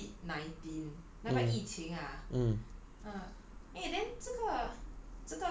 err 谈起 COVID nineteen 那个疫情 ah